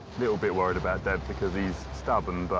little bit worried about dad because he's stubborn, but